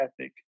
ethic